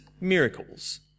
miracles